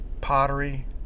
pottery